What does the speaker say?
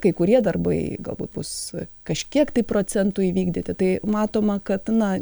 kai kurie darbai galbūt bus kažkiek tai procentų įvykdyti tai matoma kad na